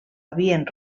havien